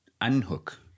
unhook